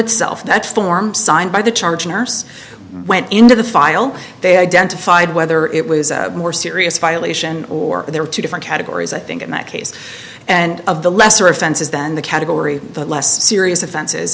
itself that form signed by the charge nurse went into the file they identified whether it was a more serious violation or there are two different categories i think in that case and of the lesser offenses then the category that less serious offens